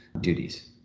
duties